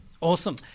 Awesome